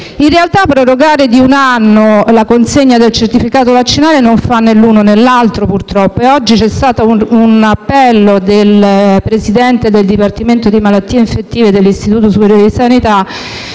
In realtà, prorogare di un anno la consegna del certificato vaccinale purtroppo non fa né l'uno né l'altro e oggi c'è stato un appello del presidente del dipartimento di malattie infettive dell'Istituto superiore di sanità